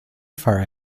far